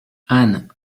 ann